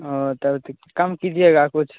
ओ तब तो कम कीजिएगा कुछ